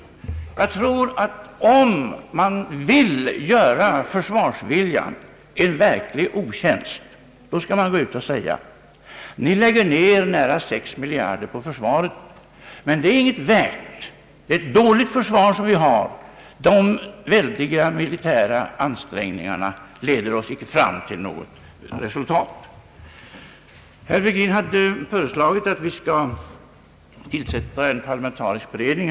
Jag tror att om man vill göra försvarsviljan en verklig otjänst, skall man gå ut och säga: Vi lägger ned nära 6 miljarder på försvaret, men det är inget värt. Det är ett dåligt försvar vi har. De väldiga militära ansträngningarna leder inte till något resultat! Herr Virgin har föreslagit att vi skall tillsätta en parlamentarisk beredning.